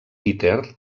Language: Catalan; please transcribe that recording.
peter